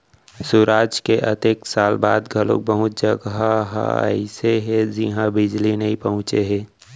सुराज के अतेक साल बाद घलोक बहुत जघा ह अइसे हे जिहां बिजली नइ पहुंचे हे